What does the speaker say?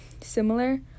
similar